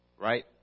Right